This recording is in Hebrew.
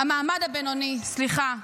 המעמד הבינוני, סליחה.